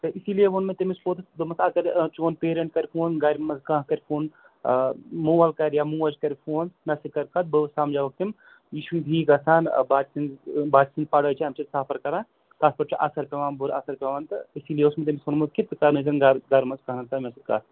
تہٕ اسی لیے ووٚن مےٚ تٔمِس پوٚتُس دوٚپمَس اگر چون پیرنٛٹ کَرِ فون گَرِ منٛز کانٛہہ کَرِ فون مول کَرِ یا موج کرِ فون مےٚ سۭتۍ کَر کَتھ بہٕ سمجاوَکھ تِم یہِ چھُِ یی گَژھان بچہِ سٕنز بچہِ سٕنٛز پڑٲے چھِ اَمہِ سۭتۍ سَفر کران تَتھ پٮ۪ٹھ چھُ اثر پٮ۪وان بُرٕ اثر پٮ۪وان تہٕ اٮ۪کچُلی اوس مےٚ تٔمِس ووٚنمُت کہِ ژٕ کرنٲیزٮ۪ن گرٕ گرٕ منٛز کانٛہہ نتہٕ کانٛہہ مےٚ سۭتۍ کَتھ